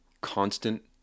constant